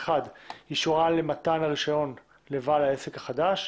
אישורה למתן הרישיון לבעל העסק החדש.